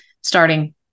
starting